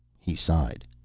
he sighed.